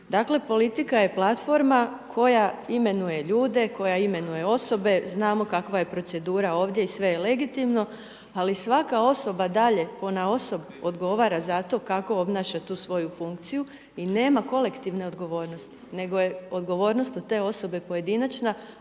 Dakle, politika je platforma koja imenuje ljude, koja imenuje osobe, znamo kakva je procedura ovdje i sve je legitimno, ali svaka osoba dalje ponaosob odgovara za to kako obnaša tu svoju funkciju, i nema kolektivne odgovornosti, nego je odgovornost od te osobe pojedinačna,